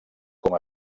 com